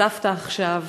סבתא עכשיו,